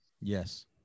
Yes